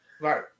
Right